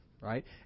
right